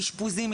ואשפוזים,